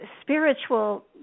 spiritual